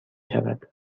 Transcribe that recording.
شود